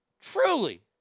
Truly